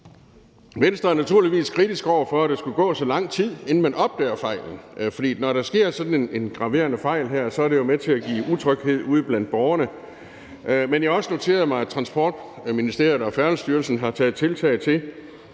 Venstre er naturligvis kritisk over for, at der skulle gå så lang tid, inden man opdagede fejlen, for når der sker sådan en graverende fejl, er det jo med til at give utryghed ude blandt borgerne. Men jeg har også noteret mig, at Transportministeriet og Færdselsstyrelsen har taget tiltag til,